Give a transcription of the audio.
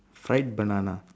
fried banana